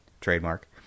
Trademark